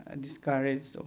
discouraged